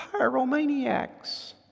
Pyromaniacs